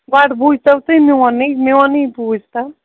گۄڈٕ بوٗزۍتَو تُہۍ میونٕے میونٕے بوٗزۍتَو